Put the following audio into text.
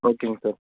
ஓகேங்க சார்